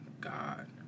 God